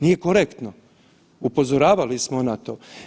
Nije korektno, upozoravali smo na to.